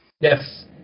Yes